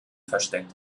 versteckt